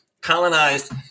colonized